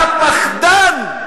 אתה פחדן.